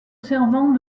servant